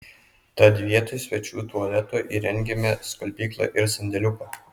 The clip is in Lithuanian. tad vietoj svečių tualeto įrengėme skalbyklą ir sandėliuką